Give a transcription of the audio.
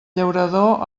llaurador